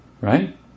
Right